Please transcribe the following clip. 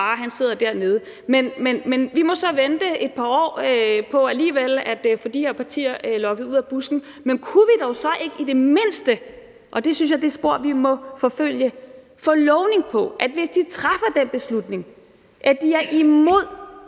far, og han sidder dernede. Men vi må så vente et par år på alligevel at få de her partier lokket ud af busken, men kunne vi dog så ikke i det mindste, og det synes jeg er det spor, vi må forfølge, få lovning på, at hvis de træffer den beslutning, at de er imod